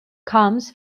comes